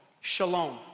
shalom